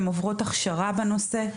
הן עוברות הכשרה בנושא,